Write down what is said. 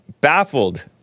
baffled